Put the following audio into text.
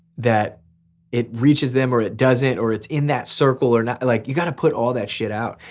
that it reaches them or it doesn't or it's in that circle or not like you gotta to put all that shit out.